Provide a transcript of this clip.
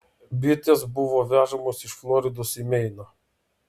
bitės buvo vežamos iš floridos į meiną